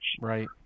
Right